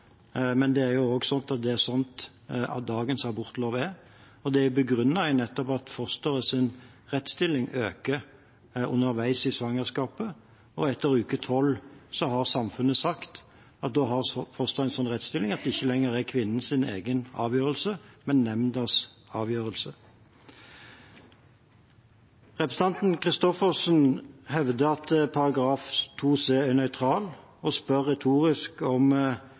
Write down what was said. Men det er slik dagens abortlov er, og det er begrunnet nettopp i at fosterets rettsstilling øker underveis i svangerskapet, og samfunnet har sagt at etter uke tolv har fosteret en slik rettsstilling at det ikke lenger er kvinnens egen avgjørelse, men nemndas avgjørelse. Representanten Christoffersen hevder at § 2 c er nøytral, og spør retorisk om